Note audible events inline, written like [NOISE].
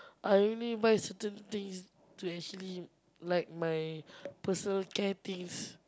I only buy certain things to actually like my [BREATH] personal care things